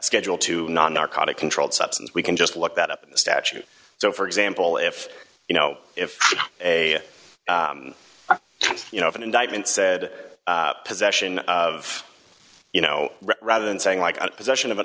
schedule two non narcotic controlled substance we can just look that up in the statute so for example if you know if a you know if an indictment said possession of you know rather than saying like possession of an